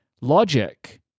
logic